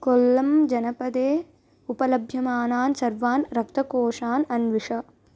कोल्लं जनपदे उपलभ्यमानान् सर्वान् रक्तकोषान् अन्विष